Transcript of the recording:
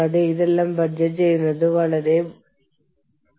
കൂടാതെ ഡാറ്റ സ്വകാര്യത നിയന്ത്രിക്കുന്ന നിയമങ്ങൾ വ്യത്യസ്തമാണ്